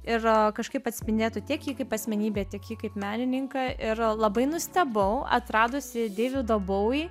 ir kažkaip atspindėtų tiek jį kaip asmenybę tiek jį kaip menininką ir labai nustebau atradusi deivido bowie